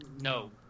no